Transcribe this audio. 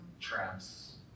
traps